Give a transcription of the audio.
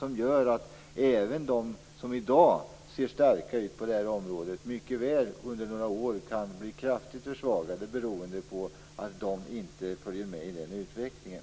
Det gör att även de som i dag ser starka ut på det här området mycket väl om några år kan bli kraftigt försvagade beroende på att de inte följer med i utvecklingen.